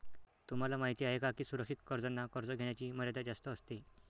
तुम्हाला माहिती आहे का की सुरक्षित कर्जांना कर्ज घेण्याची मर्यादा जास्त असते